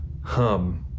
hum